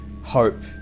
Hope